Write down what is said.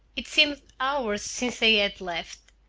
it seemed hours since they had left.